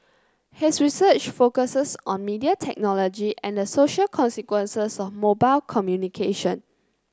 his research focuses on media technology and the social consequences of mobile communication